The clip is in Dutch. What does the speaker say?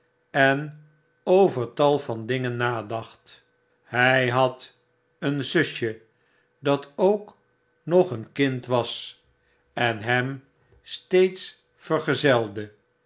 en over tal van dingen nadacht hy had een zusje dat ook nog een kind was en hem steeds vergezelde